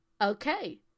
Okay